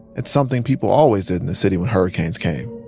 it's something people always did in the city when hurricanes came.